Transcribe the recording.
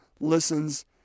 listens